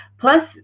plus